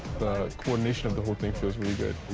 coordination of the whole thing feels really good.